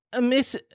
miss